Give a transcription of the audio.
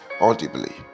audibly